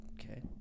Okay